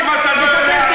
אם אתה לא יודע,